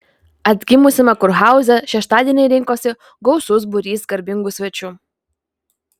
atgimusiame kurhauze šeštadienį rinkosi gausus būrys garbingų svečių